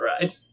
ride